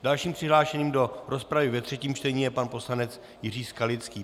Dalším přihlášeným do rozpravy ve třetím čtení je pan poslanec Jiří Skalický.